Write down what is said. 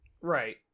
Right